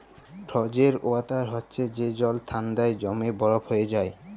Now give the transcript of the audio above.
frozen water হছে যে জল ঠাল্ডায় জইমে বরফ হঁয়ে যায়